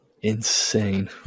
insane